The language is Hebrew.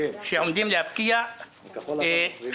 שעומדים להפקיע פורר,